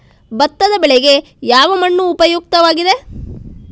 ಭತ್ತದ ಬೆಳೆಗೆ ಯಾವ ಮಣ್ಣು ಉಪಯುಕ್ತವಾಗಿದೆ?